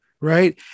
Right